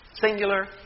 Singular